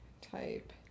type